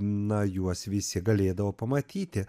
na juos visi galėdavo pamatyti